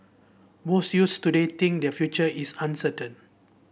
most youths today think their future is uncertain